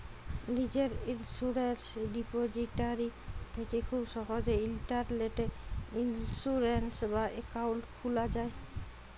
লীজের insurance depository থ্যাকে খুব সহজেই ইলটারলেটে ইলসুরেলস বা একাউল্ট খুলা যায়